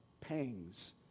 pangs